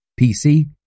PC